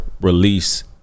Release